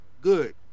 good